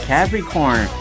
Capricorn 。